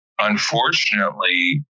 unfortunately